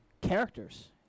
characters